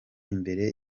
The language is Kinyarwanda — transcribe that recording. imbere